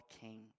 King